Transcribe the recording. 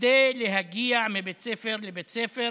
כדי להגיע מבית ספר לבית ספר